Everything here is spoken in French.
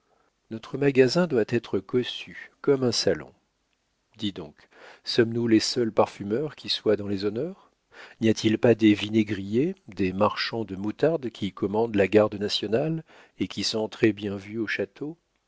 notre magasin doit être cossu comme un salon dis donc sommes-nous les seuls parfumeurs qui soient dans les honneurs n'y a-t-il pas des vinaigriers des marchands de moutarde qui commandent la garde nationale et qui sont très-bien vus au château